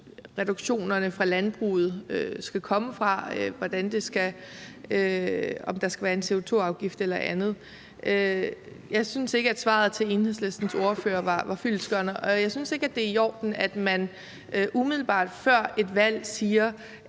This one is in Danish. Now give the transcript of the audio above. reduktionerne i landbruget skal komme fra, om der skal være en CO2-afgift eller andet. Jeg synes ikke, at svaret til Enhedslistens ordfører var fyldestgørende, og jeg synes ikke, det er i orden, at man umiddelbart før et valg siger,